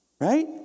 right